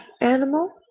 animal